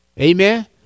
Amen